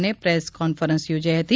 ને પ્રેસ કોન્ફરન્સધ યોજાઇ હતી